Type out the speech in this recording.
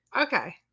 okay